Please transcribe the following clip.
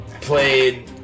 played